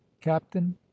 captain